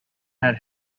had